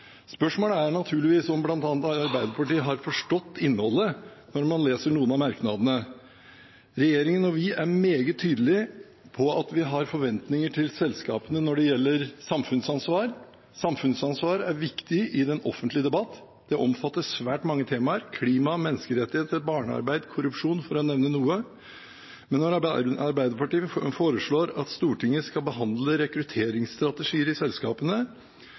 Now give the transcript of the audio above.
Spørsmålet er naturligvis – når man leser noen av merknadene – om bl.a. Arbeiderpartiet har forstått innholdet. Regjeringen og vi er meget tydelige på at vi har forventninger til selskapene når det gjelder samfunnsansvar. Samfunnsansvar er viktig i den offentlige debatt. Det omfatter svært mange temaer: klima, menneskerettigheter, barnearbeid, korrupsjon – for å nevne noen. Men når Arbeiderpartiet foreslår at Stortinget skal behandle rekrutteringsstrategier i selskapene,